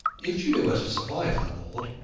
if julia were to survive her lord,